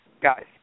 guys